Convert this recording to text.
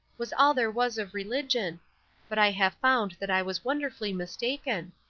was all there was of religion but i have found that i was wonderfully mistaken.